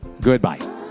Goodbye